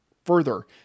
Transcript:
Further